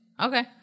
Okay